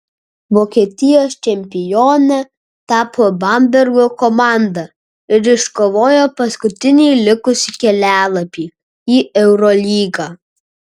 vokietijos čempione tapo bambergo komanda ir iškovojo paskutinį likusį kelialapį į eurolygą